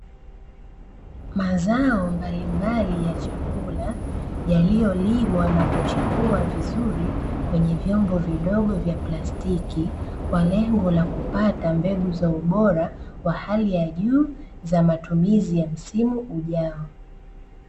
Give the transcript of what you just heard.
Mazao mbalimbali ya chakula, yaliyolimwa na kuchipuwa vizuri kwenye vyombo vidogo vya plastiki kwa lengo la kupata mbegu za bora wa hali ya juu za matumizi ya msimu ujao.